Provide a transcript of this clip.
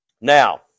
Now